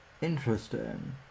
interesting